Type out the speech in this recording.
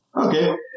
Okay